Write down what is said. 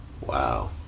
Wow